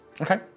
Okay